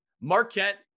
Marquette